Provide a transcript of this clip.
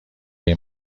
این